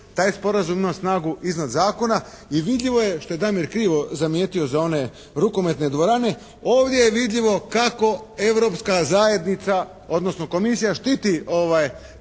Taj sporazum ima snagu iznad zakona i vidljivo je što je Damir krivo zamijetio za one rukometne dvorane. Ovdje je vidljivo kako Europska zajednica odnosno komisija štiti